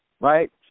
right